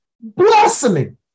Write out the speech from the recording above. blossoming